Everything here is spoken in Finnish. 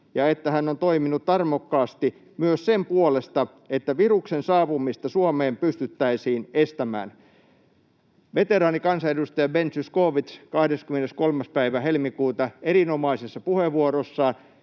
ja että hän on toiminut tarmokkaasti myös sen puolesta, että viruksen saapumista Suomeen pystyttäisiin estämään.” Näin veteraanikansanedustaja Ben Zyskowicz 23. päivä helmikuuta erinomaisessa puheenvuorossaan,